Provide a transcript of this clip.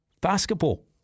Basketball